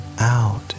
out